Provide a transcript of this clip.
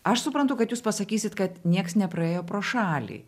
aš suprantu kad jūs pasakysit kad niekas nepraėjo pro šalį